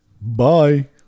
Bye